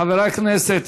חברי הכנסת,